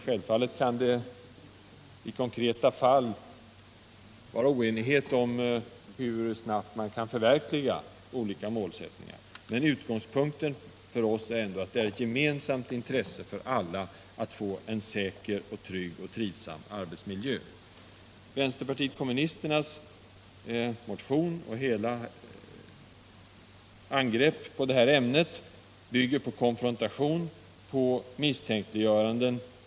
Självfallet kan det i konkreta fall råda oenighet om hur snabbt man kan förverkliga olika målsättningar, men utgångspunkten för oss är att det är ett gemensamt intresse för alla att få en säker, trygg och trivsam arbetsplats. Vänsterpartiet kommunisternas motion och hela partiets sätt att angripa det här ämnet bygger på konfrontation och misstänkliggörande.